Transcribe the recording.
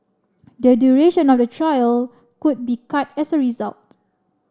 the duration of the trial could be cut as a result